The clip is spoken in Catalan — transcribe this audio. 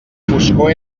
foscor